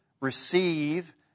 Receive